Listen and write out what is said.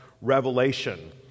Revelation